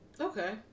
Okay